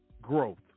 growth